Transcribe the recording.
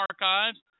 archives